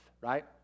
right